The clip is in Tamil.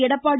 எடப்பாடி